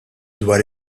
dwar